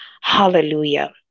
Hallelujah